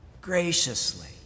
graciously